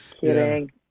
Kidding